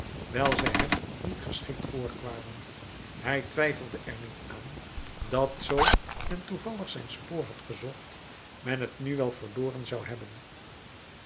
wijl zij hem niet geschikt voorkwamen hij twijfelde er niet aan dat zoo men toevallig zijn spoor had gezocht men het nu wel verloren zou hebben